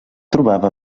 trobava